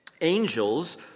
Angels